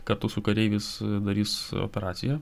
kartu su kareiviais darys operaciją